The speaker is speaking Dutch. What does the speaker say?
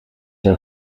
een